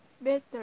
better